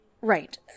Right